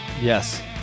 Yes